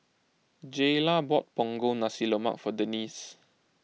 Jayla bought Punggol Nasi Lemak for Denese